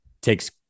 Takes